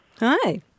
Hi